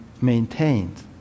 maintained